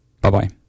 Bye-bye